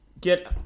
Get